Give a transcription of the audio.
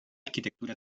arquitectura